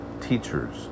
teachers